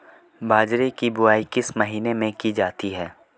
बाजरे की बुवाई किस महीने में की जाती है?